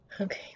Okay